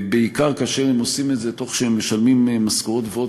בעיקר כאשר הם עושים את זה תוך שהם משלמים משכורות גבוהות